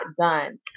done